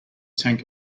tank